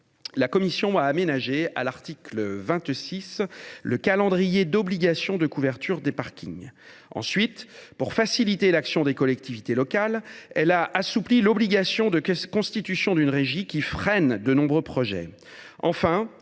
la commission a aménagé, au même article 26, le calendrier d’obligation de couverture des parkings. Afin de faciliter l’action des collectivités locales, elle a ensuite assoupli l’obligation de constitution d’une régie, qui freine aujourd’hui de nombreux projets.